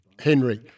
Henry